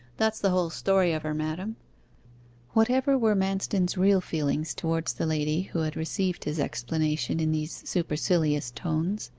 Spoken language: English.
that's the whole story of her, madam whatever were manston's real feelings towards the lady who had received his explanation in these supercilious tones,